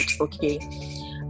okay